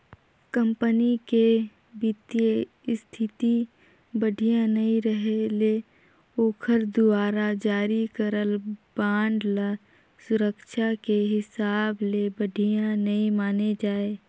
company के बित्तीय इस्थिति बड़िहा नइ रहें ले ओखर दुवारा जारी करल बांड ल सुरक्छा के हिसाब ले बढ़िया नइ माने जाए